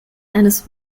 eines